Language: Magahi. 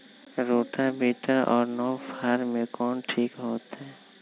रोटावेटर और नौ फ़ार में कौन ठीक होतै?